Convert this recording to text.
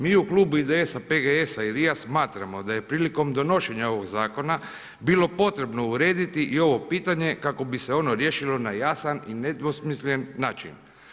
Mi u klubu IDS, PGS, RI-a smatramo da je priliko donošenja ovog zakona bilo potrebno urediti i ovo pitanje kako bi se ono riješilo na jasan i nedvosmislen način.